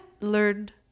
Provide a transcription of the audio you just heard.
learned